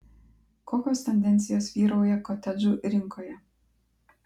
kokios tendencijos vyrauja kotedžų rinkoje